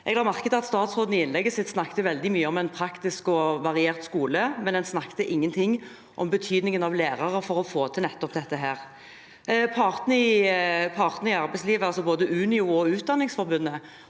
Jeg la merke til at statsråden i innlegget sitt snakket veldig mye om en praktisk og variert skole, men hun sa ingen ting om betydningen av lærere for å få til nettopp dette. Partene i arbeidslivet, altså både Unio og Utdanningsforbundet,